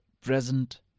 present